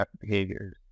behaviors